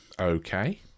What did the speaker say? okay